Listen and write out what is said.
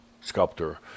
sculptor